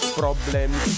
problems